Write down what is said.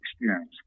experience